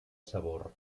sabor